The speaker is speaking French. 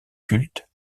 culte